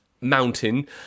mountain